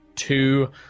Two